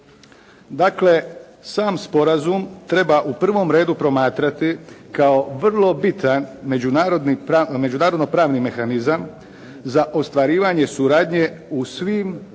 Dakle sam sporazum treba u prvom redu promatrati kao vrlo bitan međunarodni, međunarodno pravni mehanizam za ostvarivanje suradnje u svim